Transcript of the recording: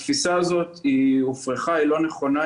התפיסה הזאת הופרכה, היא לא נכונה.